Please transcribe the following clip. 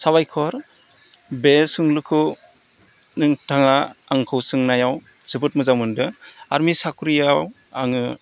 साबायखर बे सोंलुखौ नोंथाङा आंखौ सोंनायाव जोबोद मोजां मोनदों आर्मि साख्रियाव आङो